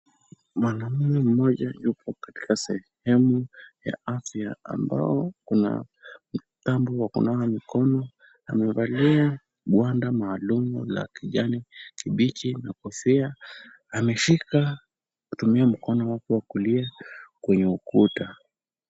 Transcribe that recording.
Mwanamume mmoja yupo katika sehemu ya afya ambao kuna mtambo wa kunawa mikono. Amevalia gwanda maalum la kijani kibichi na kofia, ameshika kutumia mkono wake wa kulia kwenye ukuta.